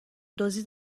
دزدی